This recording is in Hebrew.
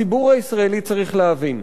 הציבור הישראלי צריך להבין: